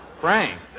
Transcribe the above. Frank